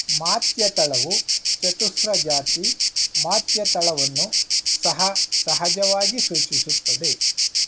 ಮಾತ್ಯ ತಾಳವು ಚತುಸ್ರ ಜಾತಿ ಮಾತ್ಯ ತಾಳವನ್ನು ಸಹ ಸಹಜವಾಗಿ ಸೂಚಿಸುತ್ತದೆ